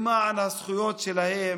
למען הזכויות שלהם.